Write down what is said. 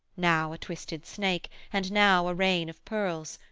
now a twisted snake, and now a rain of pearls,